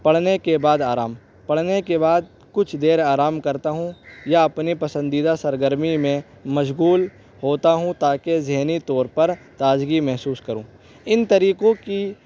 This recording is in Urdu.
پڑھنے کے بعد آرام پڑھنے کے بعد کچھ دیر آرام کرتا ہوں یا اپنی پسندیدہ سرگرمی میں مشغول ہوتا ہوں تاکہ ذہنی طور پر تازگی محسوس کروں ان طریقوں کی